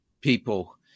people